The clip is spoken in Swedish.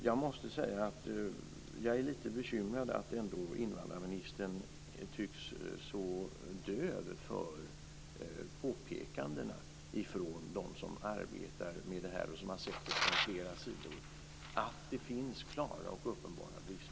Jag måste säga att jag är lite bekymrad över att invandrarministern tycks vara så döv för påpekandena från dem som arbetar med det här och som har sett det dokumenteras att det finns klara och uppenbara brister.